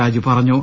രാജു പറഞ്ഞു